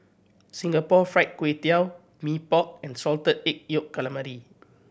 Singapore Fried Kway Tiao Mee Pok and Salted Egg Yolk Calamari